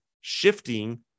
shifting